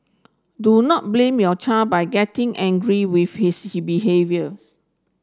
do not blame your child by getting angry with his behaviours